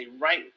right